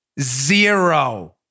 Zero